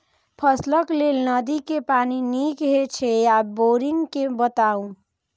फसलक लेल नदी के पानी नीक हे छै या बोरिंग के बताऊ?